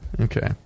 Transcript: Okay